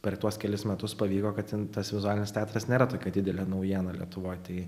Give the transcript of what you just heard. per tuos kelis metus pavyko kad ten tas vizualinis teatras nėra tokia didelė naujiena lietuvoj tai